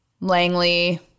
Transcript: Langley